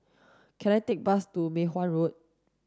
can I take a bus to Mei Hwan Road